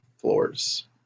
floors